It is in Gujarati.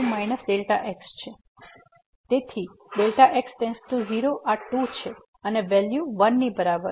તેથી Δx→0 આ 2 છે અને વેલ્યુ 1 ની બરાબર છે